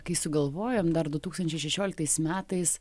kai sugalvojom dar du tūkstančiai šešioliktais metais